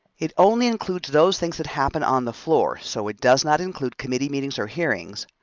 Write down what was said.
it only includes those things that happen on the floor so it does not include committee meetings or hearings.